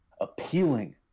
appealing